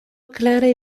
klare